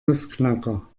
nussknacker